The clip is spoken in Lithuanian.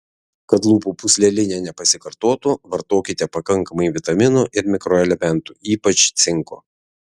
kad lūpų pūslelinė nepasikartotų vartokite pakankamai vitaminų ir mikroelementų ypač cinko